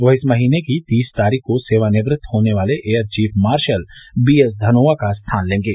वह इस महीने की तीस तारीख को सेवानिवृत्त होने वाले air chief marshal VS Dhanoa का स्थान लेंगे